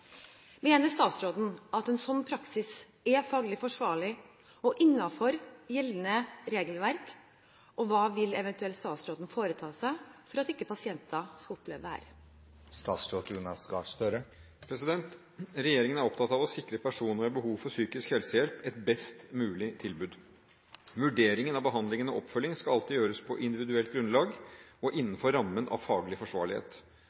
Mener statsråden at en slik praksis er faglig forsvarlig og innenfor gjeldende regelverk, og hva vil ev. statsråden foreta seg for at ikke pasienter skal oppleve dette?» Regjeringen er opptatt av å sikre personer med behov for psykisk helsehjelp et best mulig tilbud. Vurdering av behandling og oppfølging skal alltid gjøres på individuelt grunnlag og innenfor rammen av faglig forsvarlighet.